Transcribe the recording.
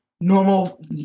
normal